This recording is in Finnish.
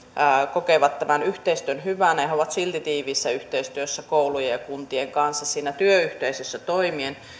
kokevat tämän yhteistyön hyvänä ja he ovat silti tiiviissä yhteistyössä koulujen ja kuntien kanssa siinä työyhteisössä toimien